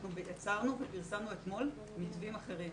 אנחנו פרסמנו אתמול מתווים אחרים.